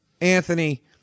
Anthony